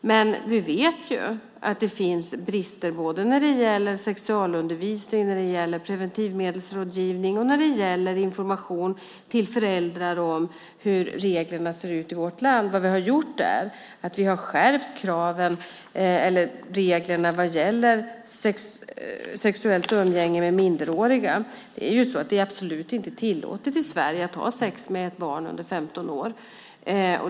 Men vi vet att det finns brister när det gäller sexualundervisning, när det gäller preventivmedelsrådgivning och när det gäller information till föräldrar om hur reglerna ser ut i vårt land. Vad vi har gjort är att vi har skärpt reglerna vad gäller sexuellt umgänge med minderårig. Det är absolut inte tillåtet i Sverige att ha sex med ett barn under 15 år.